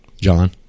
John